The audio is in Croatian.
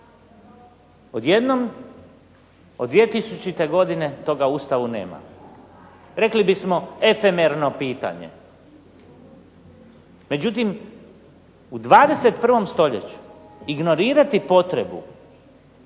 Odjednom od 2000. godine toga u Ustavu nema. Rekli bismo efemerno pitanje. Međutim, u 21. stoljeću ignorirati potrebu